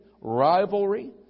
rivalry